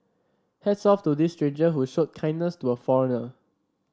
hats off to this stranger who showed kindness to a foreigner